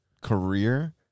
career